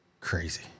Crazy